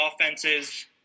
offenses